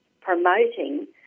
promoting